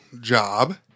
job